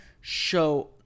show